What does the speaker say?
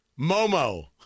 Momo